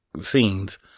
scenes